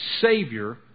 Savior